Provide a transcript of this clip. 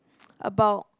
about